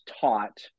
taught